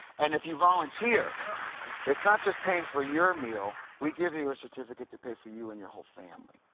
and if you volunteer it's not just paying for your meal. we give you a certificate to pay for you and your whole family.